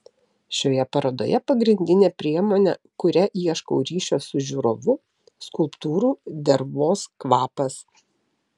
šioje parodoje pagrindinė priemonė kuria ieškau ryšio su žiūrovu skulptūrų dervos kvapas